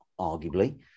arguably